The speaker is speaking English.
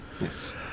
Yes